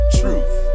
truth